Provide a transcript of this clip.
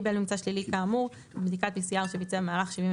קיבל ממצא שלילי כאמור בבדיקת PCR שביצע במהלך 72